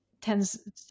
tends